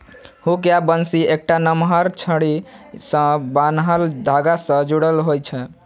hook या बंसी एकटा नमहर छड़ी सं बान्हल धागा सं जुड़ल होइ छै